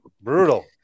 Brutal